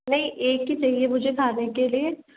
नहीं एक ही चाहिए मुझे खाने के लिए